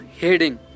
heading